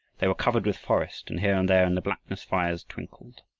they were covered with forest, and here and there in the blackness fires twinkled.